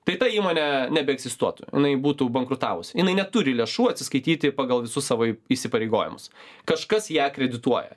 tai ta įmonė nebeegzistuotų būtų bankrutavusi jinai neturi lėšų atsiskaityti pagal visus savo įsipareigojimus kažkas ją kredituoja